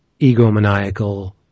egomaniacal